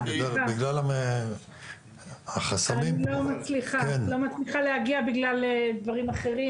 תמיכה במערכים לפינוי פסולת בניין שהבעיה מאוד מטרידה הרבה מאוד רשויות,